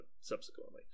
subsequently